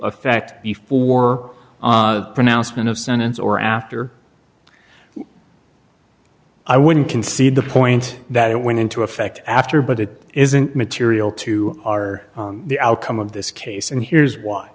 effect before pronouncement of sentence or after i wouldn't concede the point that it went into effect after but it isn't material to our the outcome of this case and here's why